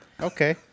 Okay